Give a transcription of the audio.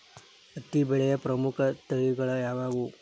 ಹತ್ತಿ ಬೆಳೆಯ ಪ್ರಮುಖ ತಳಿಗಳು ಯಾವ್ಯಾವು?